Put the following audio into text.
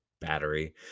battery